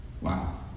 Wow